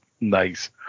Nice